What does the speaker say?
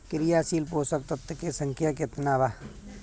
क्रियाशील पोषक तत्व के संख्या कितना बा?